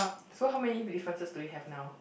so how many differences do we have now